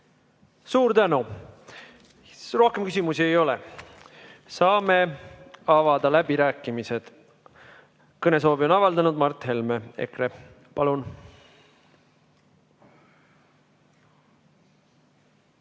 Suur tänu! Rohkem küsimusi ei ole, saame avada läbirääkimised. Kõnesoovi on avaldanud Mart Helme, EKRE. Palun!